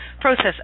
process